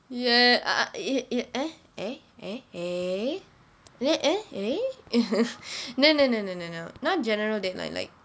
ya eh eh eh eh eh eh eh eh eh eh no no no not general deadline like